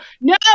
no